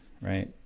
right